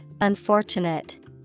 unfortunate